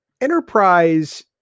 Enterprise